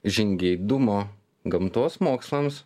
žingeidumo gamtos mokslams